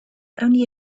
only